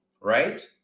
right